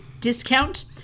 discount